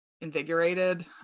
Invigorated